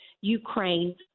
Ukraine